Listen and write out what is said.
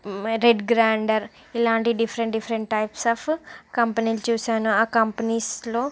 red grinder ఇలాంటి different different types of కంపెనీలు చూసాను ఆ కంపెనీస్లో